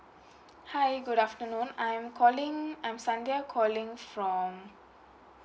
hi good afternoon I'm calling I'm sandria calling from